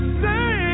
say